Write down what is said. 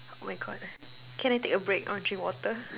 oh my god can I take a break I want to drink water